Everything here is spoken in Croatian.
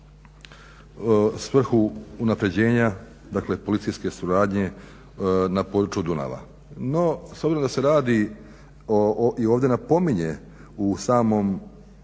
svrhu unapređenja, dakle policijske suradnje na području Dunava. No, s obzirom da se radi i ovdje napominje u samom